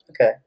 Okay